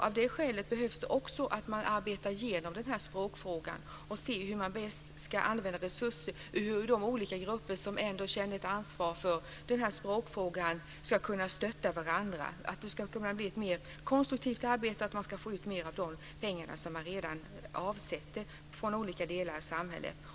Av det skälet behöver man också arbeta igenom den här språkfrågan och se hur man bäst ska använda resurserna och hur de olika grupper som känner ett ansvar för den här språkfrågan ska kunna stötta varandra. Det ska kunna bli ett mer konstruktivt arbete, och man ska få ut mer av de pengar som redan avsätts från olika delar av samhället.